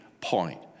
point